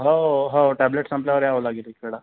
हो हो टॅब्लेट संपल्यावर यावं लागेल एकवेळा